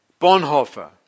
Bonhoeffer